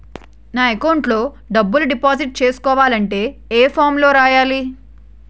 నా అకౌంట్ లో డబ్బులు డిపాజిట్ చేసుకోవాలంటే ఏ ఫామ్ లో రాయాలి?